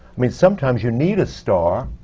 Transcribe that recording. mean, sometimes you need a star,